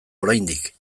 oraindik